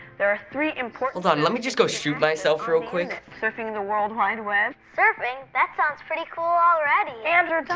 there are three important hold on. let me just go shoot myself real quick. surfing the world wide web. surfing! that sounds pretty cool already! andrew,